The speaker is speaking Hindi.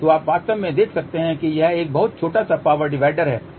तो आप वास्तव में देख सकते हैं कि यह एक बहुत छोटा सा पावर डिवाइडर है ठीक है